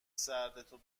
سردتو